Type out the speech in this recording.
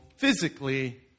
physically